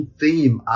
theme